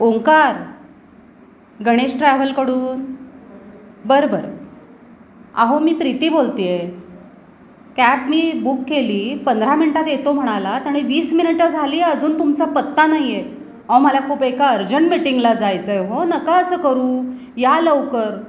ओंकार गणेश ट्रॅव्हलकडून बरं बरं अहो मी प्रीती बोलते आहे कॅब मी बुक केली पंधरा मिनटात येतो म्हणालात आणि वीस मिनिटं झाली अजून तुमचा पत्ता नाही हे अहो मला खूप एका अर्जंट मीटिंगला जायचं आहे हो नका असं करू या लवकर